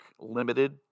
limited